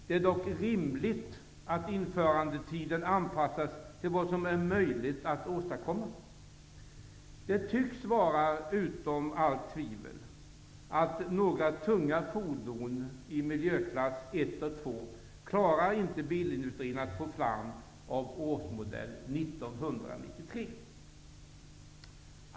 Det är dock rimligt att införandetiden anpassas till vad som är möjligt att åstadkomma. Det tycks ligga utom allt tvivel att bilindustrin inte klarar att få fram några tunga fordon i miljöklasserna 1 och 2 av årsmodell 1993.